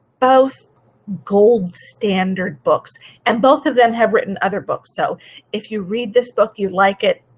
both gold standard books and both of them have written other books. so if you read this book, you like it,